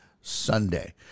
Sunday